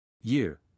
Year